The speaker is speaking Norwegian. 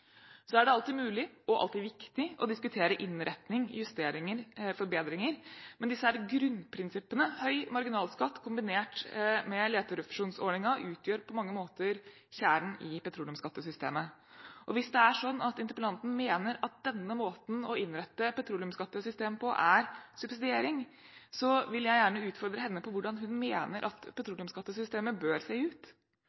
er alltid mulig – og alltid viktig – å diskutere innretninger, justeringer og forbedringer, men grunnprinsippet om høy marginalskatt kombinert med leterefusjonsordningen utgjør på mange måter kjernen i petroleumsskattesystemet. Hvis det er sånn at interpellanten mener at denne måten å innrette petroleumsskattesystemet på er subsidiering, vil jeg gjerne utfordre henne på hvordan hun mener at